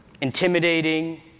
Intimidating